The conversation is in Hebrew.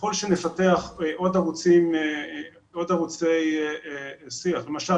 ככל שנפתח עוד ערוצי שיח, למשל